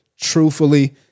truthfully